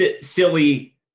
silly